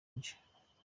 nje